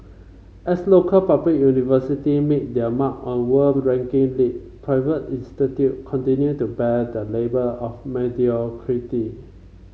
as local public university make their mark on world ranking league private institute continue to bear the label of mediocrity